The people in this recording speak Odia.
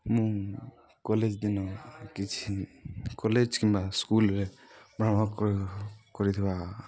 ମୁଁ କଲେଜ୍ ଦିନ କିଛି କଲେଜ୍ କିମ୍ବା ସ୍କୁଲରେ ଭ୍ରମଣ କରିଥିବା